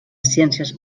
ciències